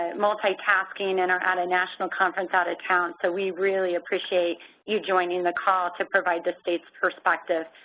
ah multitasking and are at a national conference out of town, so we really appreciate you joining the call to provide the states perspective.